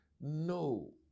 No